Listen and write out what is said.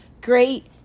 great